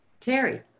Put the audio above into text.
Terry